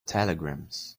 telegrams